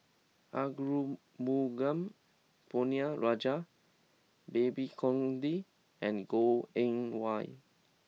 Arumugam Ponnu Rajah Babes Conde and Goh Eng Wah